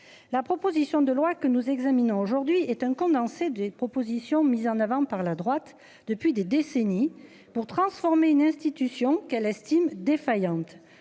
La proposition de loi que nous examinons aujourd'hui est un condensé des propositions mises en avant par la droite depuis des décennies pour transformer une institution qu'elle estime défaillante,